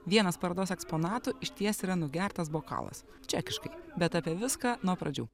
vienas parodos eksponatų išties yra nugertas bokalas čekiškai bet apie viską nuo pradžių